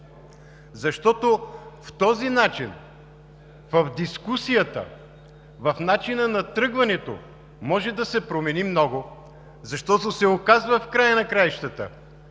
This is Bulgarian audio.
защото по този начин в дискусията, в начина на тръгването може да се промени много, защото се оказва в края на краищата,